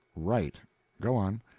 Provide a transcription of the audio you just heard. right go on.